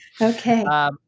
Okay